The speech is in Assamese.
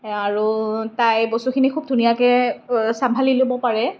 আৰু তাই বস্তুখিনি খুব ধুনীয়াকৈ চম্ভালি ল'ব পাৰে